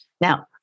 Now